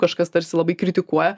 kažkas tarsi labai kritikuoja